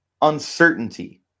uncertainty